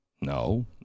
No